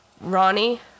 Ronnie